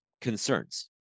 concerns